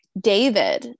David